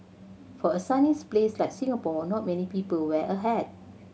for a sunny place like Singapore not many people wear a hat